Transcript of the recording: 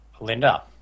Linda